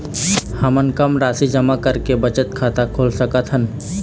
हमन कम राशि जमा करके बचत खाता खोल सकथन?